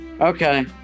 Okay